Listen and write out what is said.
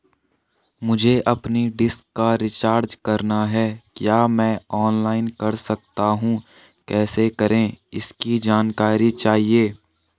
मुझे अपनी डिश का रिचार्ज करना है क्या मैं ऑनलाइन कर सकता हूँ कैसे करें इसकी जानकारी चाहिए?